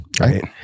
right